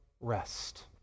rest